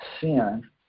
sin